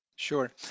Sure